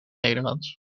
nederlands